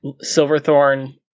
Silverthorn